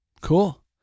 Cool